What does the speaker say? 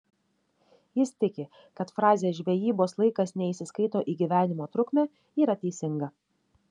jis tiki kad frazė žvejybos laikas neįsiskaito į gyvenimo trukmę yra teisinga